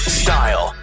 style